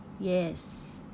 yes